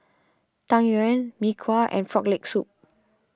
Tang Yuen Mee Kuah and Frog Leg Soup